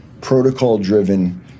protocol-driven